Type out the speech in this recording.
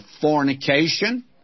fornication